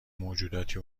موجوداتی